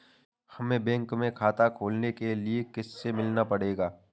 हमे बैंक में खाता खोलने के लिए किससे मिलना पड़ेगा?